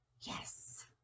Yes